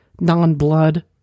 non-blood